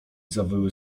zawyły